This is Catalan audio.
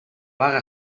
vaga